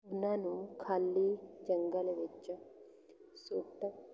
ਉਹਨਾਂ ਨੂੰ ਖਾਲੀ ਜੰਗਲ ਵਿੱਚ ਸੁੱਟ